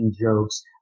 jokes